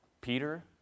Peter